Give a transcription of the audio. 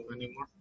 anymore